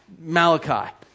Malachi